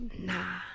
nah